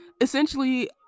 essentially